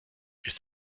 ist